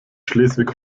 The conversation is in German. schleswig